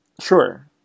sure